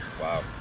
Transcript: Wow